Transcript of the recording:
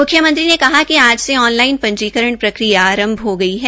मुख्यमंत्री ने कहा कि आज से ऑन लाइन पंजीकरण प्रक्रिया आरंभ हो गई है